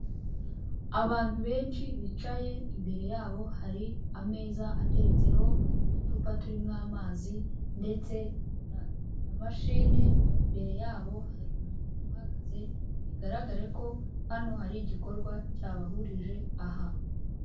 Abantu benshi bicaye, imbere yabo hari ameza ateretseho uducupa turimo amazi ndetse na mashine, imbere yabo hari umuntu uhagaze, bigaragare ko hano hari igikorwa cyabahurije aha.